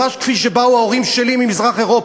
ממש כפי שבאו ההורים שלי ממזרח-אירופה,